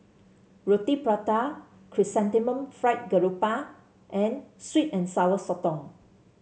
Roti Prata Chrysanthemum Fried Garoupa and sweet and Sour Sotong